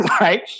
Right